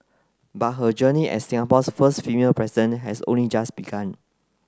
but her journey as Singapore's first female President has only just begun